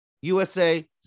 usa